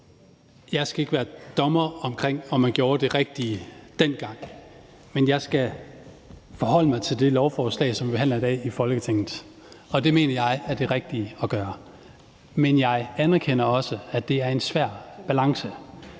Jeg skal ikke gøre mig til dommer over, om man gjorde det rigtige dengang, men jeg skal forholde mig til det lovforslag, som vi behandler i dag i Folketinget, og det mener jeg er det rigtige at gøre. Men jeg anerkender også, at det er en svær balance.